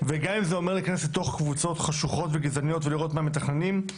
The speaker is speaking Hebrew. וגם אם זה אומר להיכנס לתוך קבוצות חשוכות וגזעניות ולראות מה מתכננים,